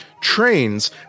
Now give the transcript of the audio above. trains